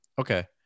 Okay